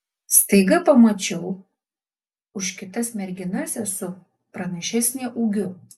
staiga pamačiau už kitas merginas esu pranašesnė ūgiu